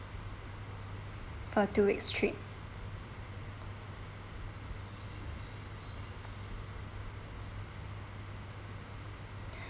for two weeks trip